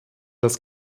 das